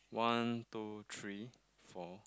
one two three fou